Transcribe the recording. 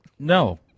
No